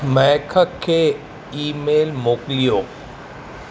महक खे email मोकिलियो